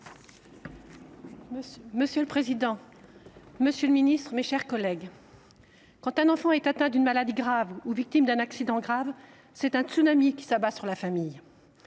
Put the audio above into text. Monsieur le président, monsieur le ministre, mes chers collègues, quand un enfant est victime d’une maladie ou d’un accident grave, un tsunami s’abat sur la famille.